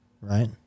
right